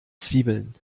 zwiebeln